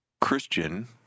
Christian